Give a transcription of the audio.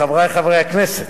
חברי חברי הכנסת,